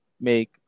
make